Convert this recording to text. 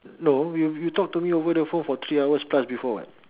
no we we you talked to me over the phone for three hours plus before what